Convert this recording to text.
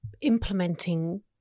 implementing